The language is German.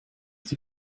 die